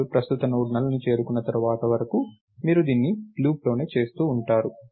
మీరు ప్రస్తుత node null ని చేరుకునేంత వరకు మీరు దీన్ని లూప్లో చేస్తూనే ఉంటారు